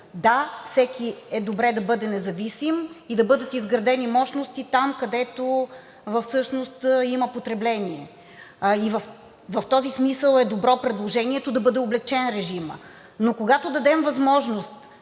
Да, всеки е добре да бъде независим и да бъдат изградени мощности там, където всъщност има потребление. И в този смисъл е добро предложението да бъде облекчен режимът. Но когато дадем възможност,